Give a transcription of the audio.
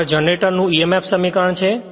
આગળ જનરેટરનું emf સમીકરણ છે